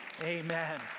Amen